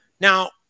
Now